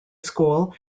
school